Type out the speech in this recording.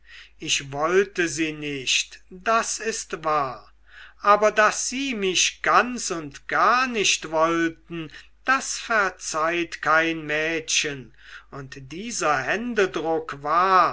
ich wollte sie nicht das ist wahr aber daß sie mich ganz und gar nicht wollten das verzeiht kein mädchen und dieser händedruck war